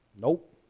Nope